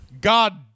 God